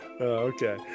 Okay